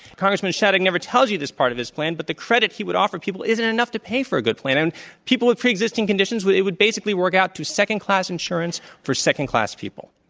congressman shadegg never tells you this part of his plan, but the credit he would offer people isn't enough to pay for a good plan and people with pre-existing conditions, it would basically work out to second class insurance for second class people.